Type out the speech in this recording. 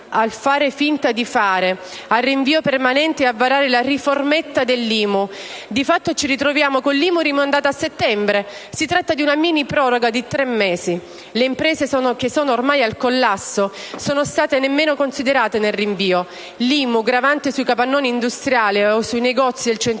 a fare finta di fare, al rinvio permanente e a varare la riformetta dell'IMU. Di fatto ci ritroviamo con l'IMU rimandata a settembre; si tratta di una mini proroga di tre mesi. Le imprese, che sono ormai al collasso, non sono state nemmeno considerate nel rinvio: l'IMU gravante sui capannoni industriali o sui negozi del centro storico